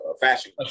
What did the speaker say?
Fashion